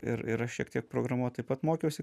ir ir aš šiek tiek programuot taip pat mokiausi